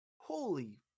holy